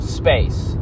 space